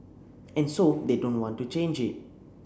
and so they don't want to change it